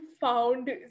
found